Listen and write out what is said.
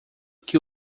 que